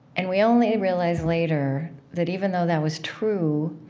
and we only realized later that even though that was true,